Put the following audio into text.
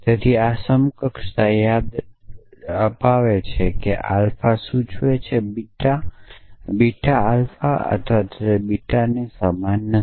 તેથી આ સમકક્ષતા યાદ રાખો જેણે કહ્યું હતું કેઆલ્ફા સૂચવે છે કે બીટા આલ્ફા અથવા બીટા નહીં સમાન નથી